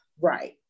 Right